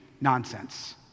nonsense